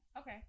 okay